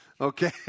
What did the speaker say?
Okay